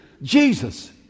Jesus